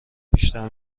بیشتر